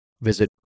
visit